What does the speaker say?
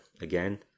again